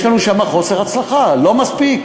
יש לנו שם חוסר הצלחה, לא מספיק.